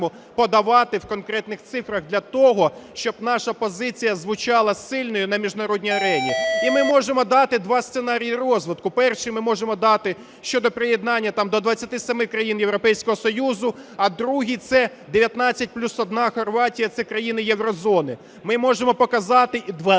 подальшому подавати в конкретних цифрах для того, щоб наша позиція звучала сильною на міжнародній арені. І ми можемо дати два сценарії розвитку. Перший ми можемо дати щодо приєднання до 27 країн Європейського Союзу, а другий – це 19 плюс одна Хорватія, це країни єврозони. Ми можемо показати два